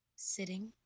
Sitting